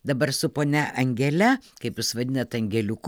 dabar su ponia angele kaip jūs vadinate angeliuku